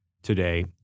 Today